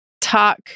talk